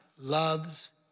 loves